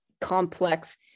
complex